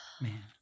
man